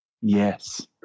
Yes